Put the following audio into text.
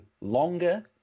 longer